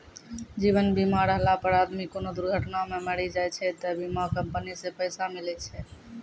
जीवन बीमा रहला पर आदमी कोनो दुर्घटना मे मरी जाय छै त बीमा कम्पनी से पैसा मिले छै